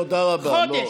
תודה רבה,